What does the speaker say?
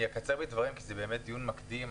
אני אקצר בדברים כי זה באמת דיון מקדים,